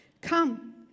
Come